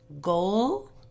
goal